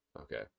Okay